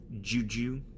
juju